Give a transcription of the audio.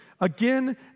again